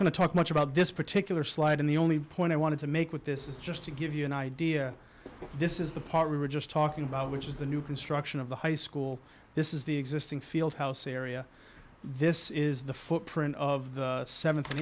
to talk much about this particular slide in the only point i wanted to make with this is just to give you an idea this is the part we were just talking about which is the new construction of the high school this is the existing field house area this is the footprint of the th and